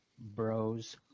Bros